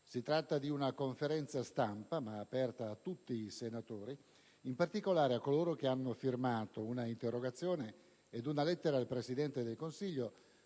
Si tratta di una conferenza stampa aperta a tutti i senatori, in particolare a coloro che hanno firmato un'interrogazione ed una lettera al Presidente del Consiglio